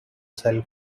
sell